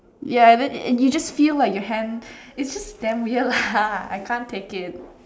ya then you just feel like your hands it's just damn weird lah I can't take it